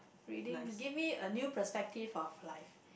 reading give me a new perspective of life